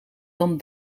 dan